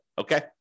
Okay